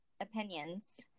opinions